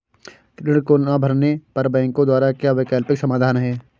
ऋण को ना भरने पर बैंकों द्वारा क्या वैकल्पिक समाधान हैं?